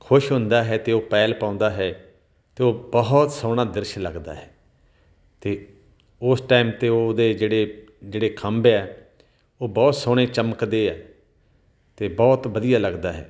ਖੁਸ਼ ਹੁੰਦਾ ਹੈ ਅਤੇ ਉਹ ਪੈਲ ਪਾਉਂਦਾ ਹੈ ਅਤੇ ਉਹ ਬਹੁਤ ਸੋਹਣਾ ਦ੍ਰਿਸ਼ ਲੱਗਦਾ ਹੈ ਅਤੇ ਉਸ ਟਾਈਮ 'ਤੇ ਉਹਦੇ ਜਿਹੜੇ ਜਿਹੜੇ ਖੰਭ ਹੈ ਉਹ ਬਹੁਤ ਸੋਹਣੇ ਚਮਕਦੇ ਹੈ ਅਤੇ ਬਹੁਤ ਵਧੀਆ ਲੱਗਦਾ ਹੈ